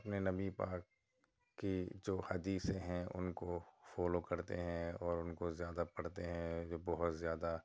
اپنے نبی پاک کی جو حدیثیں ہیں ان کو فالو کرتے ہیں اور ان کو زیادہ پڑھتے ہیں جو بہت زیادہ